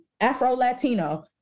Afro-Latino